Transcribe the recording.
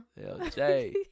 LJ